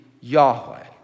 Yahweh